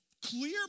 Clear